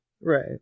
right